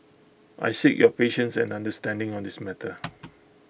I seek your patience and understanding on this matter